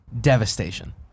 devastation